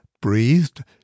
breathed